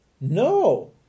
No